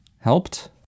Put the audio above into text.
Helped